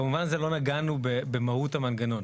במובן הזה לא נגענו במהות המנגנון.